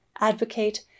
advocate